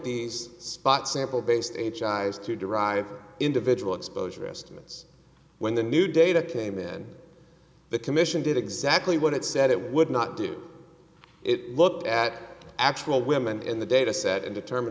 these spot sample based h eyes to derive individual exposure estimates when the new data came in the commission did exactly what it said it would not do it looked at actual women in the data set and determine